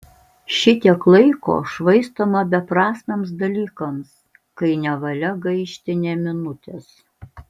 šitiek laiko švaistoma beprasmiams dalykams kai nevalia gaišti nė minutės